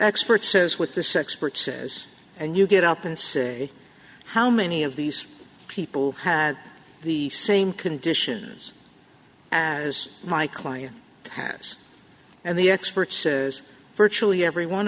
expert says with this expert says and you get up and say how many of these people had the same conditions as my client has and the experts virtually every one